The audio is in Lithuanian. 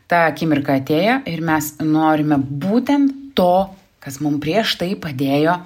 ta akimirka atėjo ir mes norime būtent to kas mum prieš tai padėjo